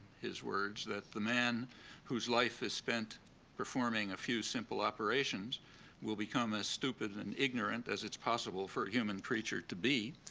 his words that the man whose life is spent performing a few simple operations will become as stupid and ignorant as it's possible for a human creature to be,